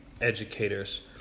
educators